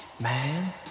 man